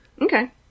Okay